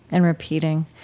and repeating.